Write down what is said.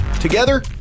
Together